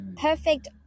perfect